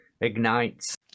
ignites